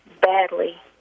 badly